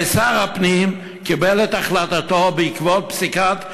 הרי שר הפנים קיבל את החלטתו בעקבות פסיקת בג"ץ,